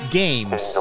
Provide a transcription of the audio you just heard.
games